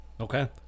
Okay